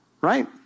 Right